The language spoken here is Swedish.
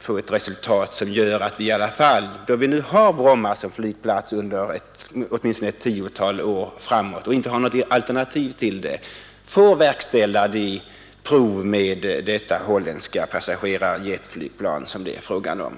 få till resultat att vi i alla fall, när vi nu har Bromma som flygplats under åtminstone ett tiotal år framåt och inte har något annat alternativ, får verkställa prov med detta holländska passagerarjetplan som det är fråga om.